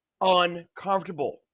uncomfortable